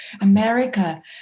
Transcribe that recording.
America